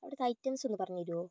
അവിടുത്തെ ഐറ്റംസ് ഒന്ന് പറഞ്ഞു തരുമോ